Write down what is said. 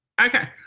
Okay